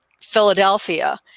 Philadelphia